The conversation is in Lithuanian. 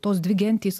tos dvi gentys